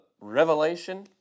revelation